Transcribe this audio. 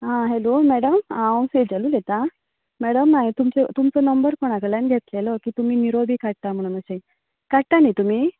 आं hello madam हांव सेजल उलयतां मॅडम हांवें तुमचो नंबर कोणा कडल्यान घेतलेलो की तुमी निरो बी काडटात म्हणून अशें काडटा न्हय तुमी